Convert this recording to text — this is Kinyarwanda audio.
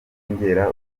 byongera